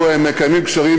אנחנו מקיימים קשרים,